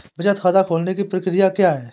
बचत खाता खोलने की प्रक्रिया क्या है?